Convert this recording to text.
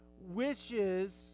wishes